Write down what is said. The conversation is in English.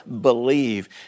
believe